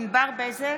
ענבר בזק,